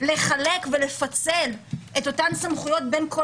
לחלק ולפצל את אותן סמכויות בין כל